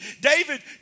David